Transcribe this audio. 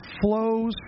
flows